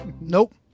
Nope